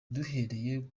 duhereye